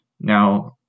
Now